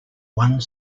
one